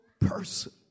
person